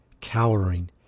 cowering